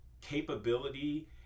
capability